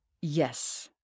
Yes